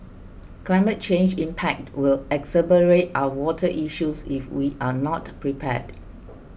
climate change impact will exacerbate our water issues if we are not prepared